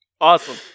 Awesome